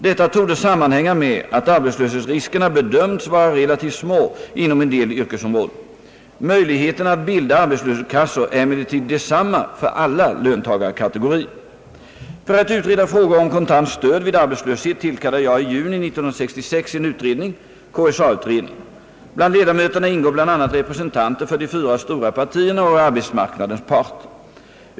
Detta torde sammanhänga med att arbetslöshetsriskerna bedömts vara relativt små inom en del yrkesområden. Möjligheterna att bilda arbetslöshetskassor är emellertid desamma för alla löntagarkategorier. För att utreda frågor om kontant stöd vid arbetslöshet tillkallade jag i juni 1966 en utredning — KSA-utredningen. Bland ledamöterna ingår bl.a. representanter för de fyra stora partierna och arbetsmarknadens parter.